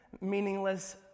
meaningless